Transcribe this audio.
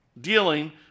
dealing